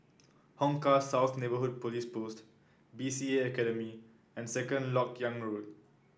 Hong Kah South Neighbourhood Police Post B C A Academy and Second LoK Yang Road